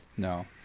no